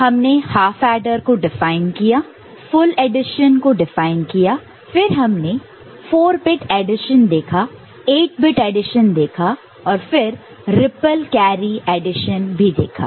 हमने half adder को define किया फुल एडिशन को डिफाइन किया फिर हमने 4 बिट एडिशन देखा 8 बिट एडिशन देखा और फिर रिप्पल कैरी एडिशन देखा